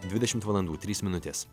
dvidešimt valandų trys minutės